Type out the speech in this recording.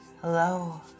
Hello